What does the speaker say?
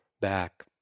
back